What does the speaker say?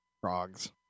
Frogs